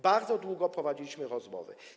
Bardzo długo prowadziliśmy rozmowy.